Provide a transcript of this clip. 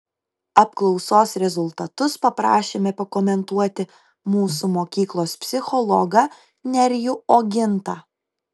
apklausos rezultatus paprašėme pakomentuoti mūsų mokyklos psichologą nerijų ogintą